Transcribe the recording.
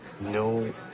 No